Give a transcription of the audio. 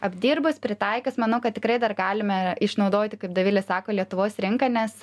apdirbus pritaikius manau kad tikrai dar galime išnaudoti kaip dovilė sako lietuvos rinką nes